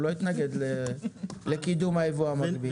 הוא לא התנגד לקידום היבוא המקביל.